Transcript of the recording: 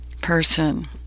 person